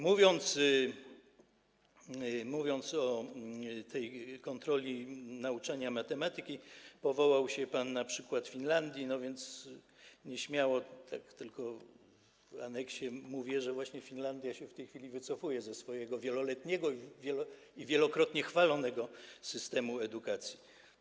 Mówiąc o tej kontroli nauczania matematyki, powołał się pan na przykład Finlandii, więc nieśmiało, tak tylko w aneksie, mówię, że właśnie Finlandia w tej chwili wycofuje się ze swojego wieloletniego i wielokrotnie chwalonego systemu edukacji.